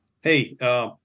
hey